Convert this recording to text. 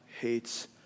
hates